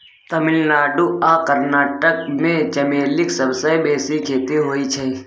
तमिलनाडु आ कर्नाटक मे चमेलीक सबसँ बेसी खेती होइ छै